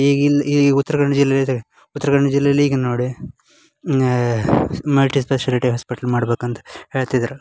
ಈಗಿಲ್ಲಿ ಈ ಉತ್ರ ಕನ್ನಡ ಜಿಲ್ಲೆಯೇ ತೆಗ ಉತ್ರ ಕನ್ನಡ ಜಿಲ್ಲೆಯಲ್ಲಿ ಈಗ ನೋಡಿ ಮಲ್ಟಿಸ್ಪೆಷಾಲಿಟಿ ಹಾಸ್ಪಿಟ್ಲ್ ಮಾಡ್ಬೇಕಂತ ಹೇಳ್ತಿದ್ದರು